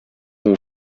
vous